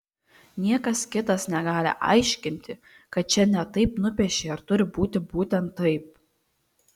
niekas kitas negali aiškinti kad čia ne taip nupiešei ar turi būti būtent taip